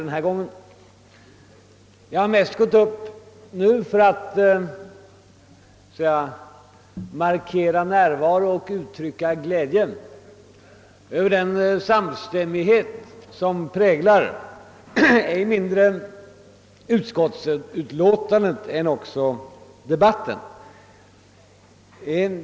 Jag tar till orda nu huvudsakligen för att markera min närvaro och samtidigt uttrycka glädje över den samstämmighet som präglar såväl utskottets utlåtande som denna debatt.